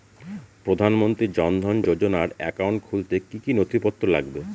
প্রধানমন্ত্রী জন ধন যোজনার একাউন্ট খুলতে কি কি নথিপত্র লাগবে?